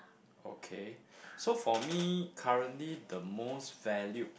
okay so for me currently the most valued